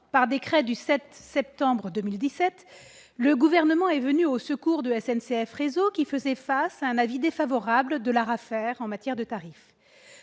le décret du 7 septembre 2017, le Gouvernement est venu au secours de SNCF Réseau, qui faisait face à un avis défavorable de l'ARAFER en matière de tarifs.